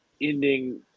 ending